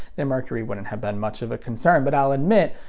the mercury wouldn't have been much of a concern. but i'll admit,